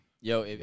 Yo